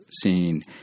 scene